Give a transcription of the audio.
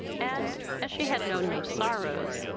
and, as she had known no sorrows,